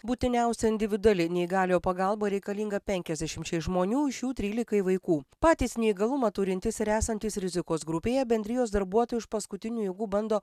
būtiniausia individuali neįgaliojo pagalba reikalinga penkiasdešimčiai žmonių iš jų trylikai vaikų patys neįgalumą turintys ir esantys rizikos grupėje bendrijos darbuotojų iš paskutinių jėgų bando